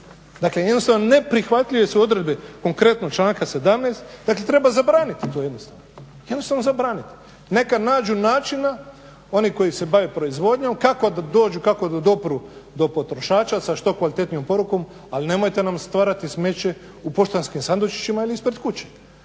Dakle, jednostavno neprihvatljive su odredbe konkretno članka 17. Dakle, treba zabraniti to jednostavno. Neka nađu načina oni koji se bave proizvodnjom kako da dođu, kako da dopru do potrošača sa što kvalitetnijom porukom, ali nemojte nam stvarati smeće u poštanskim sandučićima ili ispred kuće.